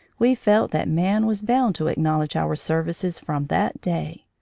we felt that man was bound to acknowledge our services from that day.